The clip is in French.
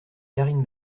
karine